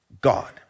God